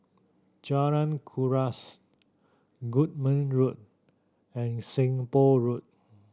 Jalan Kuras Goodman Road and Seng Poh Road